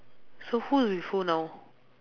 so who with who now